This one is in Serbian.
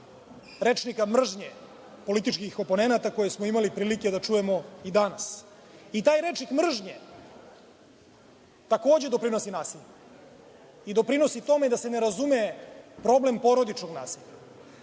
rečnika mržnje političkih oponenata koje smo imali prilike da čujemo i danas. I taj rečnik mržnje takođe doprinosi nasilju i doprinosi tome da se ne razume problem porodičnog nasilja.